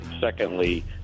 Secondly